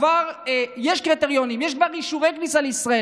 כבר יש קריטריונים, יש כבר אישורי כניסה לישראל